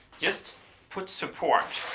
just put support.